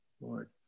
Lord